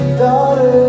daughter